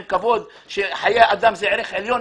עם כבוד שחיי אדם הם ערך עליון.